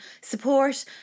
support